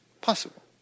possible